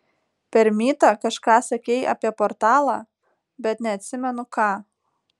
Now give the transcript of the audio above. per mytą kažką sakei apie portalą bet neatsimenu ką